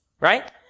Right